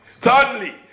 Thirdly